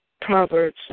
Proverbs